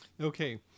Okay